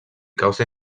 causa